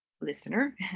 listener